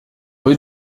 rue